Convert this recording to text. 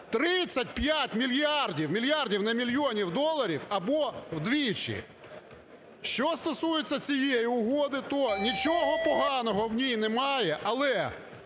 Мільярдів, не мільйонів, доларів або вдвічі. Що стосується цієї угоди, то нічого поганого в ній немає. Але